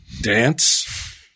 dance